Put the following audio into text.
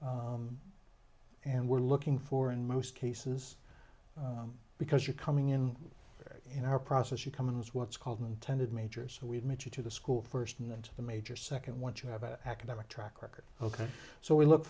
and we're looking for in most cases because you're coming in in our process you come in is what's called intended major so we've met you to the school first and then to the major second once you have an academic track record ok so we look